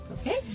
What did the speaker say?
Okay